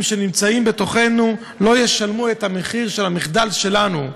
שנמצאים בתוכנו לא ישלמו את המחיר של המחדל שלנו.